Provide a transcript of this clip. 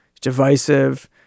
divisive